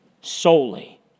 solely